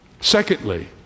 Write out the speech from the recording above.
Secondly